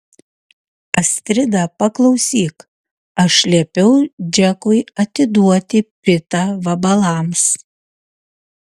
astrida paklausyk aš liepiau džekui atiduoti pitą vabalams